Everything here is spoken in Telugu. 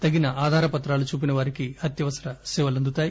తగిన ఆధార పత్రాలు చూపిన వారికి అత్యవసర సేవలు అందుతాయి